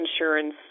insurance